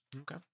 Okay